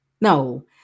no